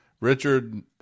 Richard